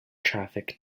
traffic